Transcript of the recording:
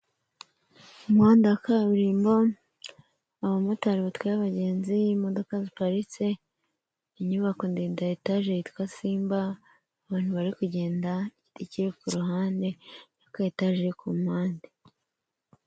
Umuhanda wa kaburimbo abamotari batwaye abagenzi, imodoka ziparitse, inyubako ndende ya etaje yitwa simba, abantu bari kugenda, igiti kiri ku ruhande na ka etaje ku mpande.